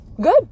Good